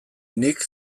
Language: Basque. nik